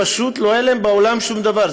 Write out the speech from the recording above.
פשוט לא היה להם בעולם שום דבר,